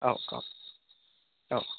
औ औ औ